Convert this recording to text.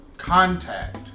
Contact